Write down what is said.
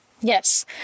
Yes